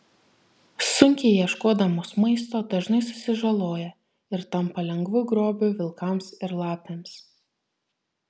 sunkiai ieškodamos maisto dažnai susižaloja ir tampa lengvu grobiu vilkams ir lapėms